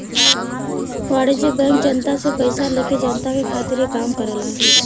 वाणिज्यिक बैंक जनता से पइसा लेके जनता के खातिर ही काम करला